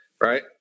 right